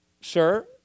sir